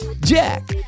Jack